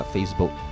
Facebook